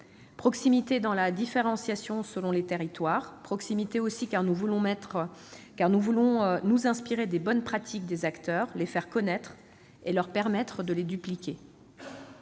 Proximité dans la différentiation selon les territoires ; proximité parce que nous voulons nous inspirer des bonnes pratiques des acteurs, les faire connaître et permettre à ces acteurs